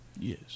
Yes